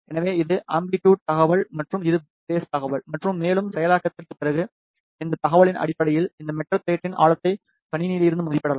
எனவே இது அம்பிலிட்டுட் தகவல் மற்றும் இது பேஸ் தகவல் மற்றும் மேலும் செயலாக்கத்திற்குப் பிறகு இந்த தகவலின் அடிப்படையில் இந்த மெட்டல் பிளேட்டின் ஆழத்தை கணினியிலிருந்து மதிப்பிடலாம்